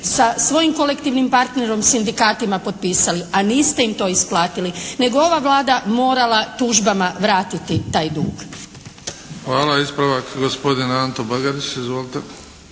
sa svojim kolektivnim partnerom, sindikatima potpisali, a niste im to isplatili, nego ova Vlada morala tužbama vratiti taj dug. **Bebić, Luka (HDZ)** Hvala. Ispravak, gospodin Ante Bagarić. Izvolite.